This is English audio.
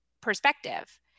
perspective